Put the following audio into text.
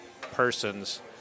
persons